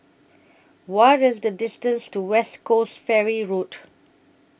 What IS The distance to West Coast Ferry Road